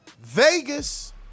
Vegas